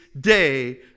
day